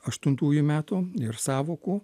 aštuntųjų metų ir sąvokų